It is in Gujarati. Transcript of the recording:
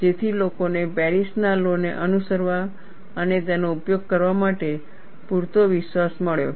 જેથી લોકોને પેરિસના લૉ ને અનુસરવા અને તેનો ઉપયોગ કરવા માટે પૂરતો વિશ્વાસ મળ્યો